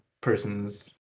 person's